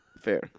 Fair